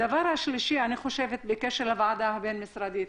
דבר שלישי, בנוגע לוועדה הבין משרדית.